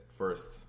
first